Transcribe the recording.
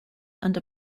under